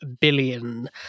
billion